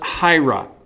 Hira